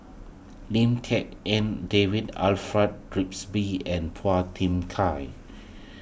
Lim Tik En David Alfred and Phua Thin Kiay